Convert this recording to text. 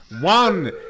one